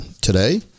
Today